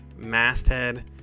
Masthead